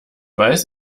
weiß